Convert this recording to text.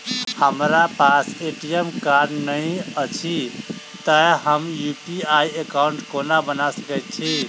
हमरा पास ATM card नहि अछि तए हम यु.पी.आई एकॉउन्ट कोना बना सकैत छी